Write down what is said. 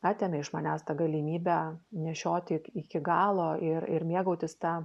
atėmė iš manęs tą galimybę nešioti ik iki galo ir ir mėgautis ta